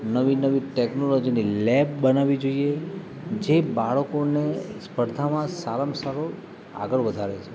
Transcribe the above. નવી નવી ટેકનોલોજીની લેબ બનાવવી જોઈએ જે બાળકોને સ્પર્ધામાં સારામાં સારું આગળ વધારે છે